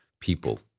people